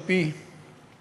על-פי